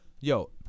Yo